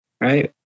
right